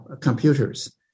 computers